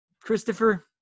Christopher